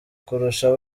kurusha